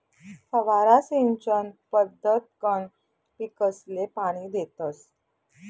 फवारा सिंचन पद्धतकंन पीकसले पाणी देतस